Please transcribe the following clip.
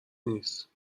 نیست